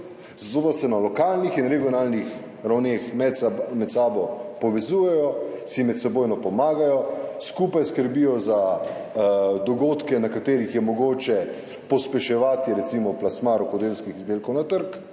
da se na lokalnih in regionalnih ravneh med, med sabo povezujejo, si medsebojno pomagajo, skupaj skrbijo za dogodke, na katerih je mogoče pospeševati recimo plasma rokodelskih izdelkov na trg,